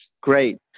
Great